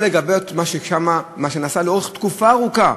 לגבות את מה שיש שם ומה שנעשה לאורך תקופה ארוכה: